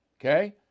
Okay